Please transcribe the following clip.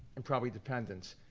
and probably dependence.